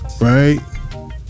right